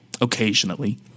occasionally